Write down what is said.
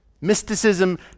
Mysticism